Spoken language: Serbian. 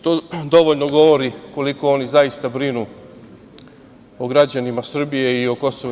To dovoljno govori koliko oni zaista brinu o građanima Srbije i o KiM.